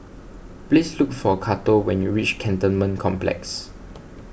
please look for Cato when you reach Cantonment Complex